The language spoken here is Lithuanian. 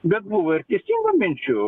bet buvo ir teisingų minčių